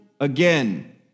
again